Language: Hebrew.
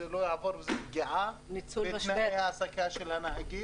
זה לא יעבור וכי זה מהווה פגיעה בתנאי העסקה של הנהגים.